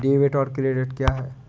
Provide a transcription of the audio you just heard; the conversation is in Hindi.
डेबिट और क्रेडिट क्या है?